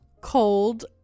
cold